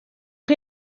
chi